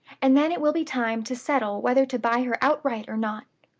and then it will be time to settle whether to buy her outright or not.